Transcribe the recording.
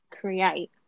create